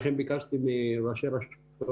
אנחנו יודעים איפה איצקוביץ' גר,